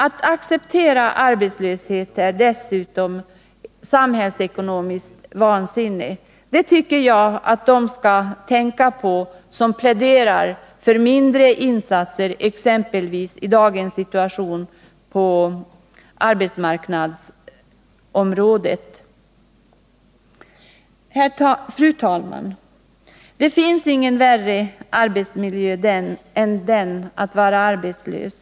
Att acceptera arbetslöshet är dessutom samhällsekonomiskt vansinne. Det tycker jag att de skall tänka på som i dagens situation pläderar för mindre insatser på arbetsmarknadsområdet. Fru talman! Det finns ingen värre arbetsmiljö än den att vara arbetslös.